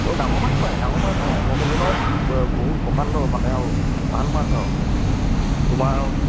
ডাঙৰ মাছ পাই ডাঙৰ মাছ পাই মই ক'লোঁ নহয় বহুত প্ৰকাণ্ড মানে আৰু ভাল মাছ আৰু তোমাৰ